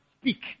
speak